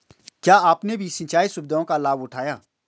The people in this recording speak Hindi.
क्या आपने भी सिंचाई सुविधाओं का लाभ उठाया